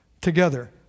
together